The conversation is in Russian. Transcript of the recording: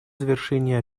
завершения